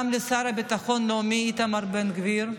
גם לשר לביטחון לאומי איתמר בן גביר,